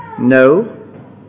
No